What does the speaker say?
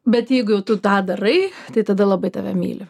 bet jeigu jau tu tą darai tai tada labai tave myli